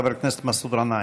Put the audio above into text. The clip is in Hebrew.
חבר הכנסת מסעוד גנאים.